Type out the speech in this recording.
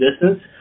distance